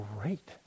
great